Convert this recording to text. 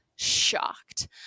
shocked